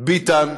ביטן,